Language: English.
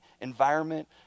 environment